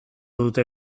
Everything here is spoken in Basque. dute